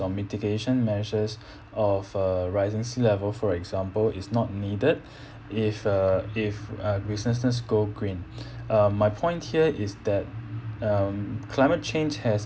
or mitigation measures of uh rising sea level for example is not needed if uh if uh business go green uh my point here is that um climate change has